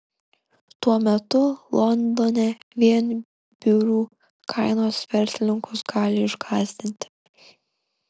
tuo metu londone vien biurų kainos verslininkus gali išgąsdinti